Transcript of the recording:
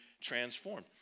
transformed